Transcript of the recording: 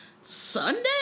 Sunday